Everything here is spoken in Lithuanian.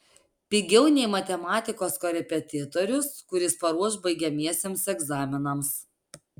pigiau nei matematikos korepetitorius kuris paruoš baigiamiesiems egzaminams